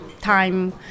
time